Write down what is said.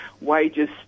wages